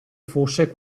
fosse